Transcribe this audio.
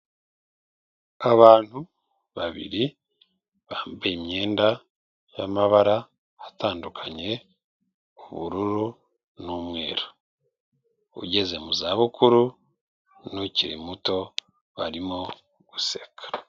Abantu babiri bambaye imyenda y'amabara atandukanye: ubururu n'umweru. Ugeze mu za bukuru n'ukiri muto, barimo guseka.